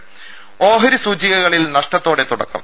ടെട ഓഹരി സൂചികകളിൽ നഷ്ടത്തോടെ തുടക്കം